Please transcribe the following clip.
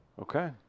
Okay